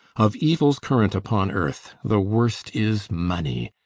of evils current upon earth the worst is money.